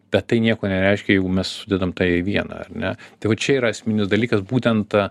bet tai nieko nereiškia jeigu mes sudedam tą į vieną ar ne tai va čia yra esminis dalykas būtent